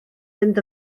fynd